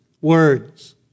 Words